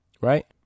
right